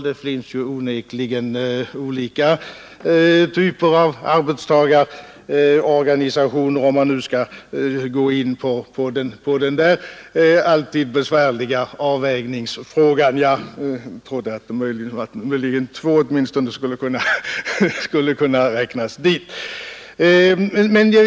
Det finns onekligen olika typer av arbetstagarorganisationer, om jag nu skall gå in på denna alltid lika besvärliga avvägningsfråga. Jag trodde att åtminstone två av beredningens ledamöter skulle kunna räknas till arbetstagarrepresentanterna.